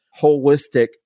holistic